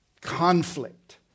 conflict